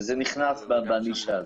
שזה נכנס בנישה הזו.